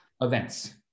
events